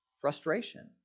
Frustration